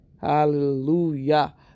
Hallelujah